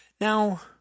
Now